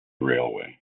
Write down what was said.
railway